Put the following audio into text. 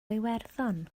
iwerddon